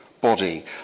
body